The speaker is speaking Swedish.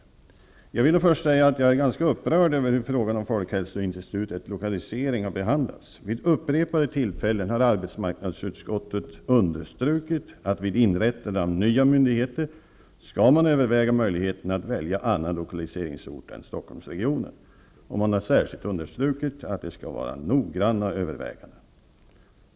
Först vill jag säga att jag är ganska upprörd över behandlingen av frågan om lokaliseringen av folkhälsoinstitutet. Vid upprepade tillfällen har arbetsmarknadsutskottet understrukit att man vid inrättandet av nya möjligheter skall överväga möjligheten att välja annan lokaliseringsort än Stockholmsregionen. Man har särskilt betonat just att det skall vara noggranna överväganden.